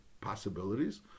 possibilities